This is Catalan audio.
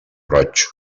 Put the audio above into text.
roig